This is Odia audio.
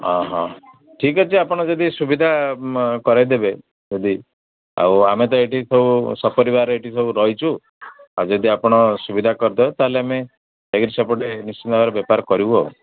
ଅ ହଁ ଠିକ୍ ଅଛି ଆପଣ ଯଦି ସୁବିଧା କରେଇଦେବେ ଯଦି ଆଉ ଆମେ ତ ଏଠି ସବୁ ସପରିବାର ଏଠି ସବୁ ରହିଛୁ ଆଉ ଯଦି ଆପଣ ସୁବିଧା କରିଦେବେ ତାହେଲେ ଆମେ ଯାଇକିରି ସେପଟେ ନିଶ୍ଚିନ୍ତ ଭାବରେ ବେପାର କରିବୁ ଆଉ